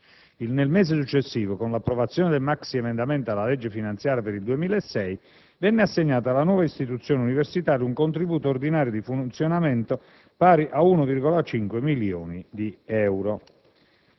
Il mese successivo, con l'approvazione del maxiemendamento alla legge finanziaria per il 2006, venne assegnato alla nuova istituzione universitaria un contributo ordinario di funzionamento pari a 1,5 milioni di euro.